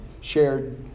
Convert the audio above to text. shared